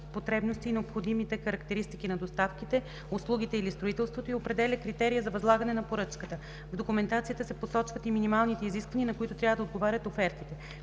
потребности и необходимите характеристики на доставките, услугите или строителството и определя критерия за възлагане на поръчката. В документацията се посочват и минималните изисквания, на които трябва да отговарят офертите.